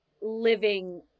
living